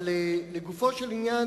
אבל לגופו של עניין,